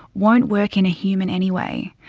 won't work in a human anyway.